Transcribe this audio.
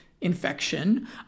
infection